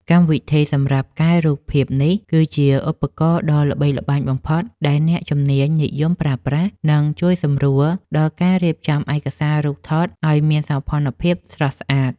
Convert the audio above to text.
កម្មវិធីសម្រាប់កែរូបភាពនេះគឺជាឧបករណ៍ដ៏ល្បីល្បាញបំផុតដែលអ្នកជំនាញនិយមប្រើប្រាស់ និង ជួយសម្រួលដល់ការរៀបចំឯកសាររូបថតឱ្យមានសោភ័ណភាពស្រស់ស្អាត។